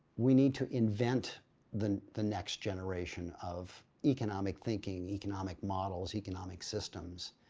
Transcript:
we need to invent the the next generation of economic thinking, economic models, economic systems